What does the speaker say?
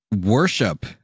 worship